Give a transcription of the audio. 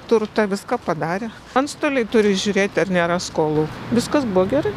turtą viską padarė antstoliai turi žiūrėti ar nėra skolų viskas buvo gerai